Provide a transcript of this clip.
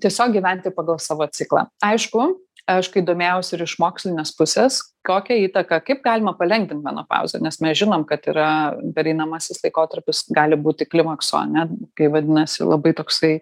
tiesiog gyventi pagal savo ciklą aišku aš kai domėjausi ir iš mokslinės pusės kokią įtaką kaip galima palengvint menopauzę nes mes žinom kad yra pereinamasis laikotarpis gali būti klimakso ane kai vadinasi labai toksai